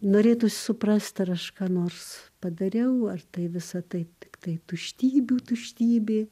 norėtųsi suprasti ar aš ką nors padariau ar tai visa tai tiktai tuštybių tuštybė